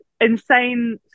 insane